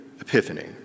epiphany